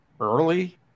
early